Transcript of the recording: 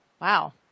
Wow